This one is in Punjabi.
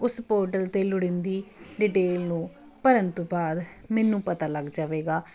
ਉਸ ਪੋਰਟਲ 'ਤੇ ਲੋੜੀਂਦੀ ਡਿਟੇਲ ਨੂੰ ਭਰਨ ਤੋਂ ਬਾਅਦ ਮੈਨੂੰ ਪਤਾ ਲੱਗ ਜਾਵੇਗਾ